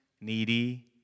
needy